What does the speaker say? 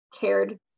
cared